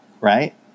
right